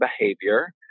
behavior